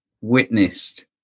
witnessed